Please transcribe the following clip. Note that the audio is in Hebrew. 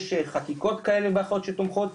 יש חקיקות כאלה ואחרות שתומכות.